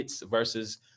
versus